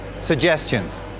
suggestions